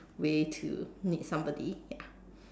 way to meet somebody ya